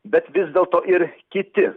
bet vis dėl to ir kiti